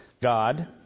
God